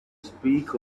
speak